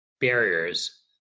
barriers